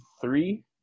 three